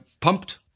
pumped